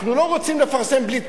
אנחנו לא רוצים לפרסם בלי תגובה,